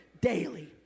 daily